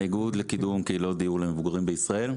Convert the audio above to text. האיגוד לקידום קהילות דיור למבוגרים בישראל.